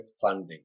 funding